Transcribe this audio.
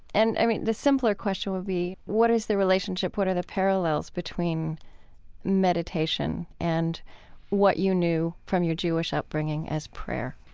and, i mean, the simpler question would be what is the relationship, what are the parallels between meditation and what you knew from your jewish upbringing as prayer?